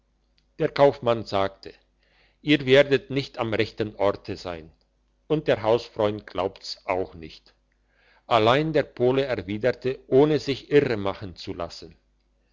der kaufmann sagte ihr werdet nicht am rechten orte sein und der hausfreund glaubt's auch nicht allein der pole erwiderte ohne sich irremachen zu lassen